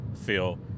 feel